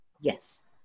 Yes